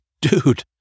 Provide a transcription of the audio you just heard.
dude